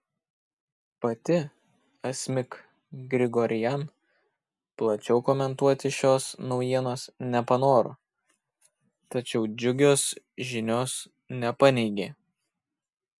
pati asmik grigorian plačiau komentuoti šios naujienos nepanoro tačiau džiugios žinios nepaneigė